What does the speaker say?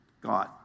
God